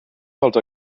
dels